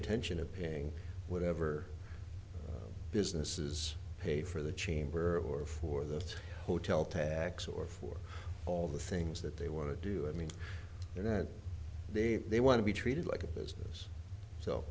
intention of paying whatever businesses pay for the chamber or for the hotel tax or for all the things that they want to do i mean you know they they want to be treated like a business so